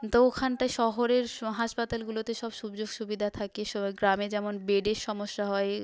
তো ওখানটায় শহরের হাসপাতালগুলোতে সব সুযোগ সুবিধা থাকে গ্রামে যেমন বেডের সমস্যা হয়